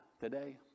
today